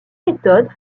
méthodes